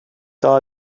daha